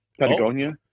patagonia